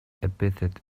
epithet